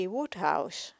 Woodhouse